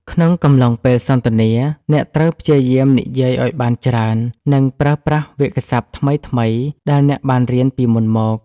ក្នុងកំឡុងពេលសន្ទនា អ្នកត្រូវព្យាយាមនិយាយឱ្យបានច្រើន និងប្រើប្រាស់វាក្យសព្ទថ្មីៗដែលអ្នកបានរៀនពីមុនមក។